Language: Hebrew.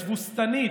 התבוסתנית,